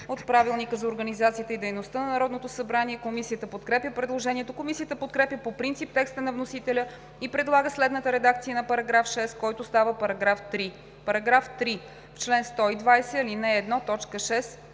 от Правилника за организацията и дейността на Народното събрание. Комисията подкрепя предложението. Комисията подкрепя по принцип текста на вносителя и предлага следната редакция на § 7, който става § 4: „§ 4. В чл. 122, ал.